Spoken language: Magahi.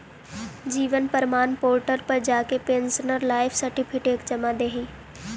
जीवन प्रमाण पोर्टल पर जाके पेंशनर लाइफ सर्टिफिकेट जमा दिहे